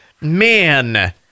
man